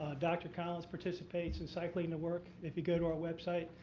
dr. collins participates in cycling to work. if you go to our website,